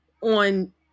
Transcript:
on